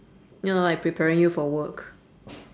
ya lah like preparing you for work